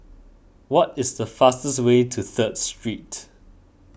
what is the fastest way to Third Street